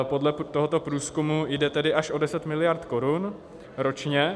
Podle tohoto průzkumu jde tedy až o 10 miliard korun ročně.